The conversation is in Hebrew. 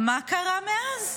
מה קרה מאז?